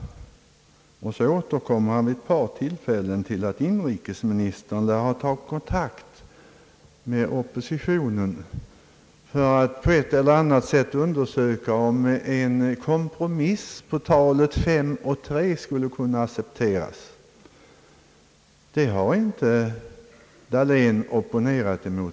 Herr Dahlén återkommer vid ett par tillfällen till att inrikesministern lär ha tagit kontakt med oppositionen för att på ett eller annat sätt undersöka, om en kompromiss i fråga om övergångstiderna 5 respektive 3 år skulle kunna accepteras. Detta har inte herr Dahlén opponerat emot.